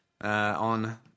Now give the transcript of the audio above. On